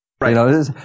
Right